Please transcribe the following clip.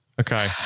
Okay